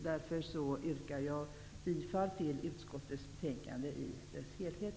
Jag yrkar därför bifall till hemställan i utskottets betänkande i dess helhet.